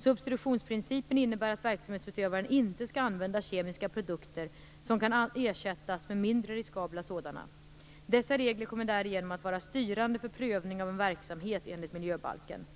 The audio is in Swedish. Substitutionsprincipen innebär att verksamhetsutövaren inte skall använda kemiska produkter som kan ersättas med mindre riskabla sådana. Dessa regler kommer därigenom att vara styrande för prövning av en verksamhet enligt miljöbalken.